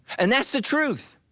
and that's the truth.